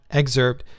excerpt